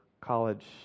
college